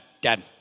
dad